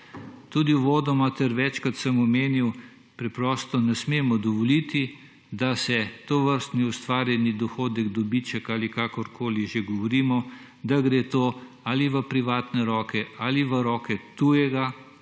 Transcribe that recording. Tudi uvodoma ter večkrat sem omenil, preprosto ne smemo dovoliti, da se tovrstni ustvarjeni dohodek, dobiček ali kakorkoli že govorimo, da gre to ali v privatne roke ali v roke tuje